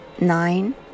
nine